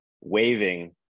waving